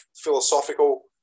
philosophical